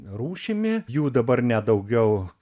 rūšimi jų dabar net daugiau